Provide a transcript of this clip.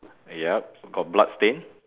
yup got bloodstain